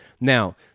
Now